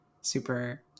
super